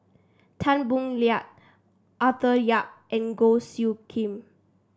Tan Boo Liat Arthur Yap and Goh Soo Khim